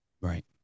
Right